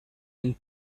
and